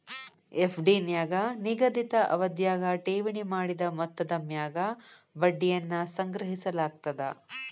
FD ನ್ಯಾಗ ನಿಗದಿತ ಅವಧ್ಯಾಗ ಠೇವಣಿ ಮಾಡಿದ ಮೊತ್ತದ ಮ್ಯಾಗ ಬಡ್ಡಿಯನ್ನ ಸಂಗ್ರಹಿಸಲಾಗ್ತದ